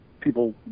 people